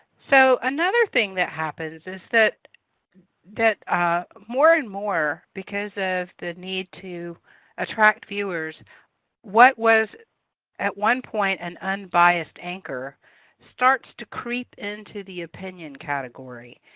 so another thing that happens is that that more and more because of the need to attract viewers what was at one point an unbiased anchor starts to creep into the opinion category.